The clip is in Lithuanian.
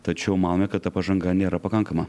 tačiau manome kad ta pažanga nėra pakankama